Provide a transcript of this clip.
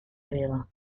griega